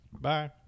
Bye